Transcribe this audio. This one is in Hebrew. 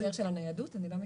בהקשר של הניידות אני לא מכירה.